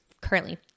currently